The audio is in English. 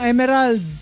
Emerald